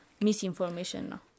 misinformation